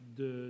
de